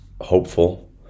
hopeful